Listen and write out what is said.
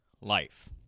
life